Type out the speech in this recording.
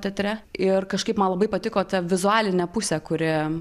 teatre ir kažkaip man labai patiko ta vizualinė pusė kuri